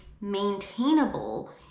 maintainable